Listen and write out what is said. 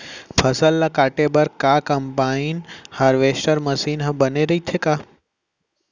फसल ल काटे बर का कंबाइन हारवेस्टर मशीन ह बने रइथे का?